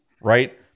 right